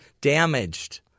damaged